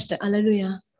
Hallelujah